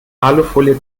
alufolie